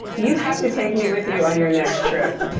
you have to take me with you on your next trip.